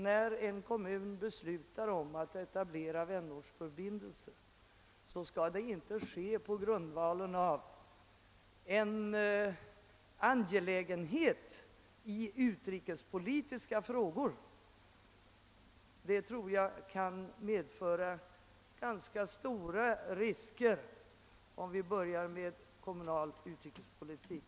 När en kommun beslutar att etablera vänortsförbindelser skall den inte göra det på grundval av en angelägenhet som har samband med utrikespolitiska frågor. Det kan medföra ganska stora risker för oss att börja med kommunal utrikespolitik.